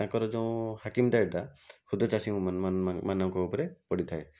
ତାଙ୍କର ଯେଉଁ ହାକିମ ଦେୟଟା କ୍ଷୁଦ୍ର ଚାଷୀ ମାନଙ୍କ ଉପରେ ପଡ଼ିଥାଏ